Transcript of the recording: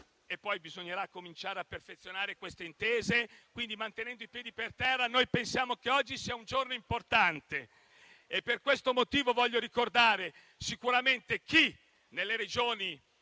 e poi bisognerà cominciare a perfezionare queste intese. Mantenendo quindi i piedi per terra, noi pensiamo che oggi sia un giorno importante. Per questo motivo, voglio ricordare sicuramente chi nelle Regioni